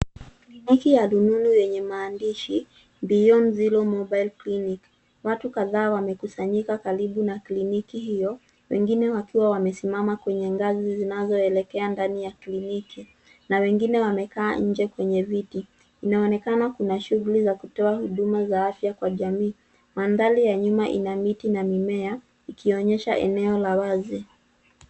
Kliniki ya rununu yenye maandishi beyond zero mobile clinic . Watu kadhaa wamekusanyika karibu na kliniki hiyo, wengine wakiwa wamesimama kwenye ngazi zinazoelekea ndani ya kliniki, na wengine wamekaa nje kwenye viti. Inaonekana kuna shughuli za kutoa huduma za afya kwa jamii. Mandhari ya nyuma ina miti na mimea, ikionyesha eneo la wazi.